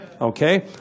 okay